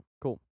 cool